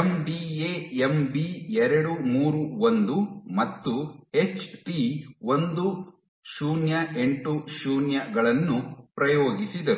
MDA MB 231 ಮತ್ತು HT 1080 ಗಳನ್ನು ಪ್ರಯೋಗಿಸಿದರು